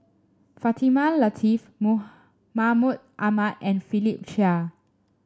Fatimah Lateef Mahmud Ahmad and Philip Chia